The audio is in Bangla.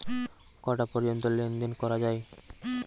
কটা পর্যন্ত লেন দেন করা য়ায়?